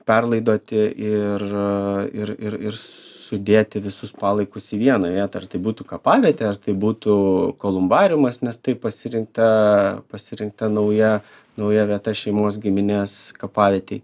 perlaidoti ir ir ir ir sudėti visus palaikus į vieną vietą ar tai būtų kapavietė ar tai būtų kolumbariumas nes taip pasirinkta pasirinkta nauja nauja vieta šeimos giminės kapavietei